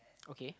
okay